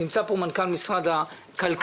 נמצא פה מנכ"ל משרד הכלכלה,